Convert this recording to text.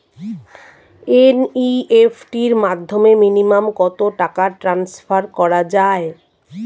NEFT র মাধ্যমে minimum কত টাকা ট্রান্সফার করা যায়?